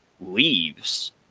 leaves